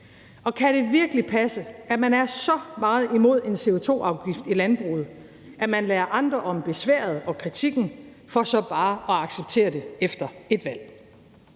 Og kan det virkelig passe, at man er så meget imod en CO2-afgift i landbruget, at man lader andre om besværet og kritikken for så bare at acceptere det efter et valg?